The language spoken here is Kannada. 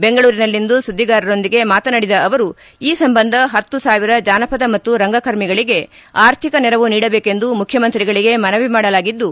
ಬೆಂಗಳೂರಿನಲ್ಲಿಂದು ಸುದ್ಲಿಗಾರರೊಂದಿಗೆ ಮಾತನಾಡಿದ ಅವರು ಈ ಸಂಬಂಧ ಹತ್ತು ಸಾವಿರ ಜಾನಪದ ಮತ್ತು ರಂಗಕರ್ಮಿಗಳಿಗೆ ಆರ್ಥಿಕ ನೆರವು ನೀಡಬೇಕೆಂದು ಮುಖ್ಯಮಂತ್ರಿಗಳಿಗೆ ಮನವಿ ಮಾಡಲಾಗಿದ್ದು